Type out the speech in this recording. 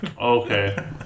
Okay